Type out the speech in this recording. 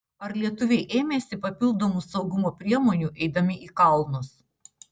ar lietuviai ėmėsi papildomų saugumo priemonių eidami į kalnus